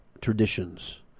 traditions